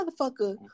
motherfucker